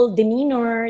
demeanor